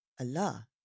Allah